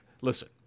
listen